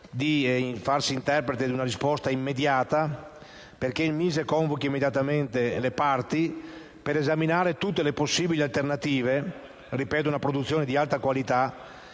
di farsi interprete di una risposta immediata affinché il MISE convochi immediatamente le parti per esaminare tutte le possibili alternative. Ripeto, si tratta di una produzione di alta qualità.